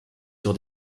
sur